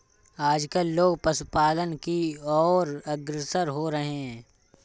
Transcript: आजकल लोग पशुपालन की और अग्रसर हो रहे हैं